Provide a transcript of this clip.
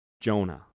Jonah